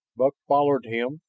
buck followed him,